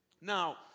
Now